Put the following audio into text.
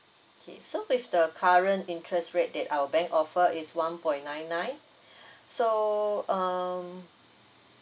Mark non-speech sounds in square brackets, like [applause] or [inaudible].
okay so with the current interest rate that our bank offer is one point nine nine [breath] so um